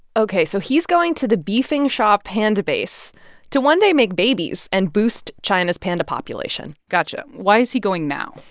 ok. so he's going to the bifengxia panda base to one day make babies and boost china's panda population got you. why is he going now?